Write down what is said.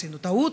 עשינו טעות,